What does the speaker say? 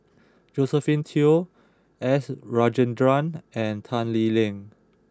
Josephine Teo S Rajendran and Tan Lee Leng